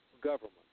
government